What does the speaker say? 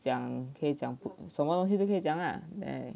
讲可以讲不什么东西都可以讲啊